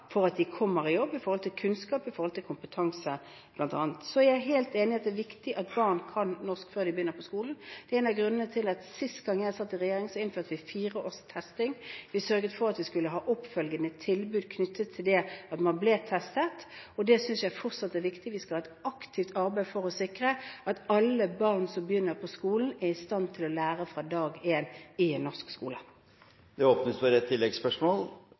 for at de kommer i jobb, som bl.a. kunnskap og kompetanse. Så jeg er helt enig i at det er viktig at barn kan norsk før de begynner på skolen. Det er en av grunnene til at vi sist gang jeg satt i regjering innførte fireårstesting, og vi sørget for at vi skulle ha oppfølgende tilbud knyttet til det at man ble testet. Det synes jeg fortsatt er viktig. Vi skal ha et aktivt arbeid for å sikre at alle barn som begynner på skolen, er i stand til å lære fra dag én i en norsk skole. Det åpnes for